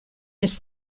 his